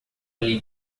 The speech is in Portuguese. lhe